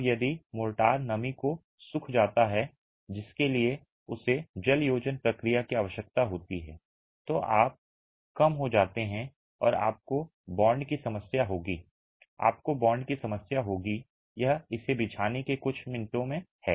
अब यदि मोर्टार नमी को सूख जाता है जिसके लिए उसे जलयोजन प्रक्रिया की आवश्यकता होती है तो आप कम हो जाते हैं और आपको बॉन्ड की समस्या होगी आपको बॉन्ड की समस्या होगी और यह इसे बिछाने के पहले कुछ मिनटों में है